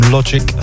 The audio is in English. Logic